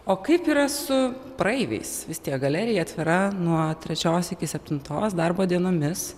o kaip yra su praeiviais vis tiek galerija atvira nuo trečios iki septintos darbo dienomis